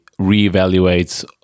reevaluates